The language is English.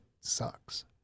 sucks